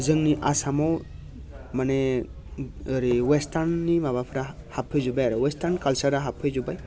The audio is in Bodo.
जोंनि आसामाव माने ओरै अवेस्टार्ननि माबाफ्रा हाबफैजोब्बाय आरो अवेस्टार्न कालसारा हाबफैजोब्बाय